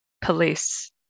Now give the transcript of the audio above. police